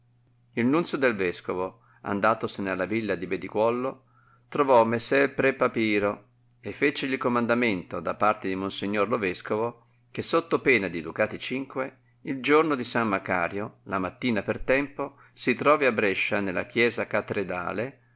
conveniva il nunzio del vescovo andatosene alla villa di bedicuouo trovò messer pre papiro e fecegli il comandamento da parte di monsignor lo vescovo che sotto pena di ducati cinque il giorno di san macario la mattina per tempo si trovi a brescia nella chiesa catredale